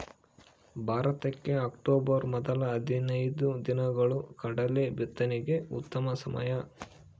ಭಾರತಕ್ಕೆ ಅಕ್ಟೋಬರ್ ಮೊದಲ ಹದಿನೈದು ದಿನಗಳು ಕಡಲೆ ಬಿತ್ತನೆಗೆ ಉತ್ತಮ ಸಮಯ